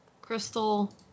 Crystal